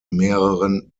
mehreren